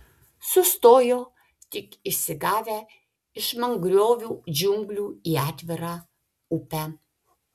sustojo tik išsigavę iš mangrovių džiunglių į atvirą upę